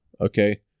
Okay